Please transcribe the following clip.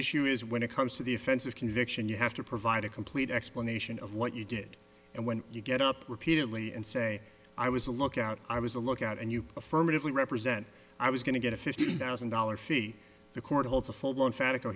issue is when it comes to the offense of conviction you have to provide a complete explanation of what you did and when you get up repeatedly and say i was a lookout i was a lookout and you affirmatively represent i was going to get a fifteen thousand dollars fee the court holds a full blown